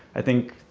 i think,